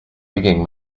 begging